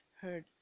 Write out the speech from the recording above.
heard